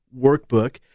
Workbook